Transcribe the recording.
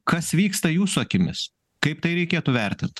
kas vyksta jūsų akimis kaip tai reikėtų vertint